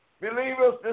Believers